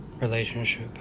relationship